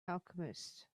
alchemist